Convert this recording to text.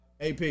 AP